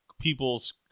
people's